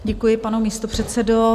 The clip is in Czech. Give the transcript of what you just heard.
Děkuji, pane místopředsedo.